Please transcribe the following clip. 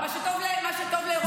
"מה שטוב לאירופה טוב לישראל".